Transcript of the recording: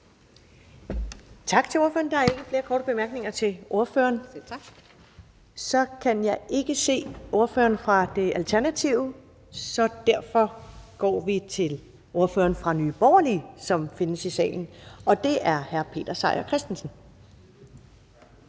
Tak til ordføreren. Der er ikke flere korte bemærkninger. Jeg kan ikke se ordføreren for Alternativet, så derfor går vi videre til ordføreren for Nye Borgerlige, som er til stede i salen, og det er hr. Peter Seier Christensen.